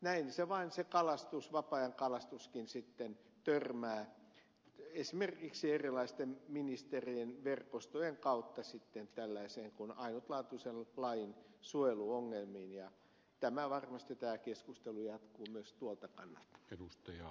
näin se vain se kalastus vapaa ajan kalastuskin sitten törmää esimerkiksi erilaisten ministerien verkostojen kautta tällaiseen asiaan kuin ainutlaatuisen lajin suojeluongelmiin ja varmasti tämä keskustelu jatkuu myös tuolta kannalta